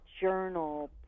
journal